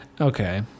Okay